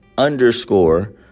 Underscore